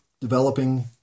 developing